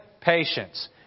patience